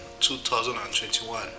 2021